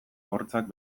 hortzak